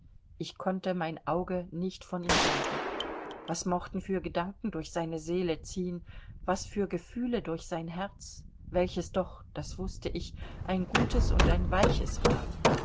ich konnte mein auge nicht von ihm wenden was mochten für gedanken durch seine seele ziehen was für gefühle durch sein herz welches doch das wußte ich ein gutes und ein weiches herz war